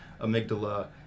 amygdala